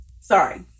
sorry